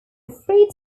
freed